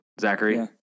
Zachary